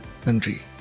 country